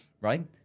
right